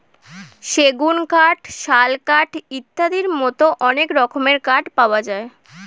সেগুন কাঠ, শাল কাঠ ইত্যাদির মতো অনেক রকমের কাঠ পাওয়া যায়